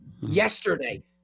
Yesterday